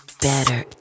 better